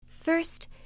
First